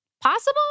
possible